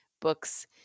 books